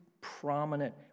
prominent